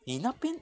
你那边